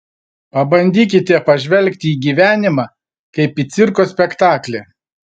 pabandykite pažvelgti į gyvenimą kaip į cirko spektaklį